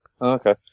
Okay